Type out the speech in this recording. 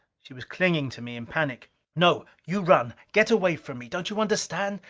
she was clinging to me in panic. no. you run! get away from me! don't you understand?